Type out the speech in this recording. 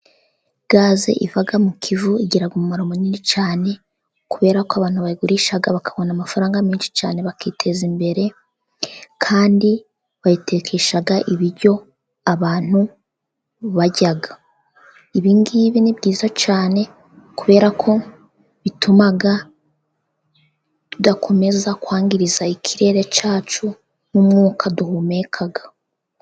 Gaze iva mu Kivu igira umumaro munini cyane kubera ko abantu bayigurisha bakabona amafaranga menshi cyane, bakiteza imbere. Kandi bayitekesha ibiryo, abantu barya. Ibingibi ni byiza cyane kubera ko bituma tudakomeza kwangiza ikirere cyacu nk'umwuka duhumeka.